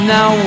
Now